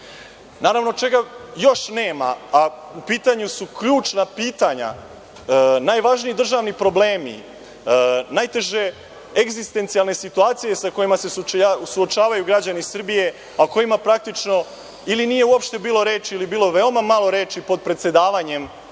danas. Naravno, čega još nema, a u pitanju su ključna pitanja, najvažniji državni problemi, najteže egzistencijalne situacije sa kojima se suočavaju građani Srbije, a o kojima uopšte nije bilo reči ili je bilo veoma malo reči pod predsedavanjem